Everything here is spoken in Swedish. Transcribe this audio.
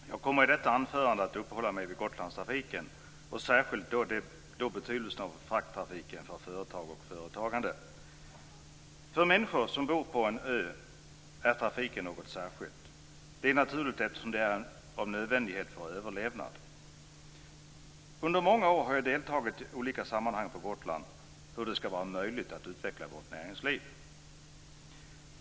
Herr talman! Jag kommer i detta anförande att uppehålla mig vid Gotlandstrafiken, särskilt då betydelsen av frakttrafiken för företag och företagande. För människor som bor på en ö är trafiken något särskilt. Det är naturligt eftersom den är nödvändig för överlevnad. Under många år har jag i olika sammanhang deltagit i diskussioner på Gotland om hur det skall vara möjligt att utveckla vårt näringsliv.